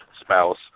spouse